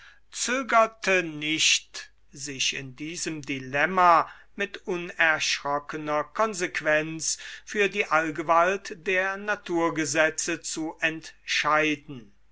nicht sich in diesem dilemma mit unerschrockener konsequenz für die allgewalt der naturgesetze zu entscheiden